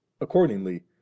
accordingly